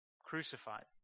crucified